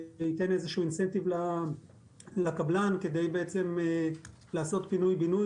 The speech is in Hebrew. שייתן תמריץ לקבלן כדי לעשות פינוי-בינוי